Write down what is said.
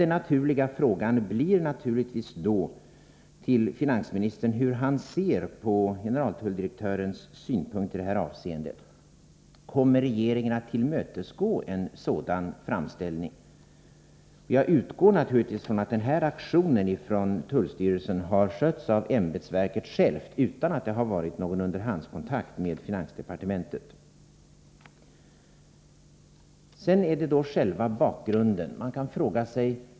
Den naturliga frågan till finansministern blir hur han ser på generaltulldirektörens synpunkt i det här avseendet. Kommer regeringen att tillmötesgå en sådan framställning? Jag utgår naturligtvis från att aktionen från tullstyrelsens sida har skötts av ämbetsverket självt, utan att någon underhandskontakt med finansdepartementet förekommit. Sedan något om själva bakgrunden till det inträffade.